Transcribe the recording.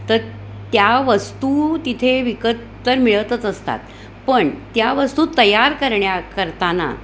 तर त्या वस्तू तिथे विकत तर मिळतच असतात पण त्या वस्तू तयार करण्या करताना